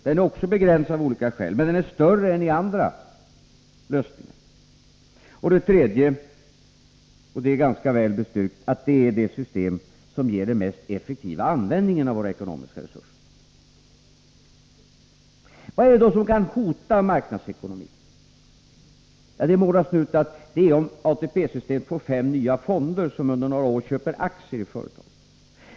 Den är också begränsad äv olika skäl, men den är större än med andra lösningar. Det tredje — och det är ganska väl bestyrkt — är att det är det system som ger den mest effektiva användningen av våra ekonomiska resurser. Vad är det då som kan hota marknadsekonomin? Det målas nu ut att det är om ATP-systemet får fem nya fonder som under några år köper aktier i företagen.